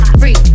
free